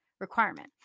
requirement